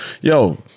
Yo